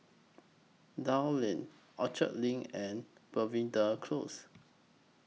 Dell Lane Orchard LINK and Belvedere Close